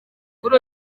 kuri